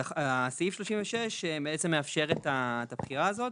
סעיף 36 מאפשר את הבחירה הזאת.